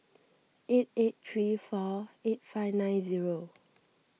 eight eight three four eight five nine zero